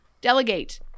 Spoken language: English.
delegate